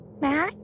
Matt